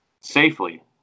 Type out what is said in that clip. safely